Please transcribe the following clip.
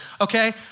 okay